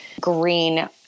green